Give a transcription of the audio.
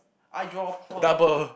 I draw